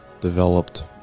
developed